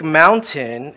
mountain